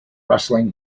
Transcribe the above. rustling